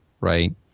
Right